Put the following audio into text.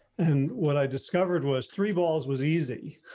and what i discovered was three balls was easy.